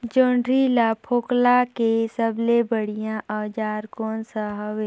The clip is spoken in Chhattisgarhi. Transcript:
जोंदरी ला फोकला के सबले बढ़िया औजार कोन सा हवे?